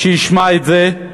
שישמע את זה.